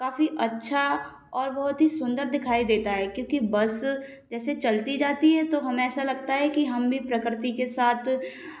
काफ़ी अच्छा और बहुत ही सुंदर दिखाई देता है क्योंकि बस जैसे चलती जाती है तो हमें ऐसा लगता है की हम भी प्रकृति के साथ